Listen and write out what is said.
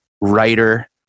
writer